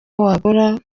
wagura